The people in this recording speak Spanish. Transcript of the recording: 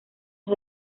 los